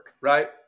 right